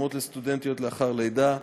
התאמות לסטודנטית לאחר לידה),